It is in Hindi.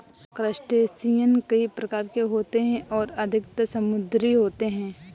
क्रस्टेशियन कई प्रकार के होते हैं और अधिकतर समुद्री होते हैं